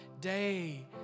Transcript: day